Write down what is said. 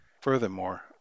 Furthermore